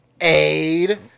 Aid